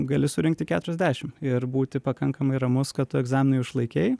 gali surinkti keturiasdešim ir būti pakankamai ramus kad tu egzaminą jau išlaikei